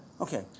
Okay